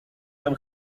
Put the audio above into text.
ten